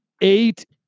eight